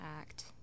act